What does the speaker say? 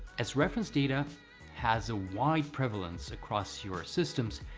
as reference data has a wide prevalence across your systems,